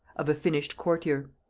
of a finished courtier.